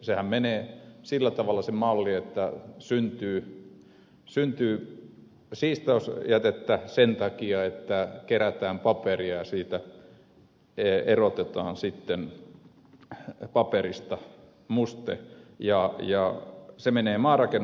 sehän menee sillä tavalla se malli että syntyy siistausjätettä sen takia että kerätään paperia erotetaan sitten paperista muste ja se menee maanrakennusteollisuudelle